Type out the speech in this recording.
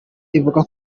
ivuga